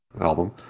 album